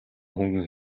хөнгөн